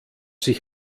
sich